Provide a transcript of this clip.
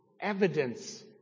evidence